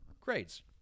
Grades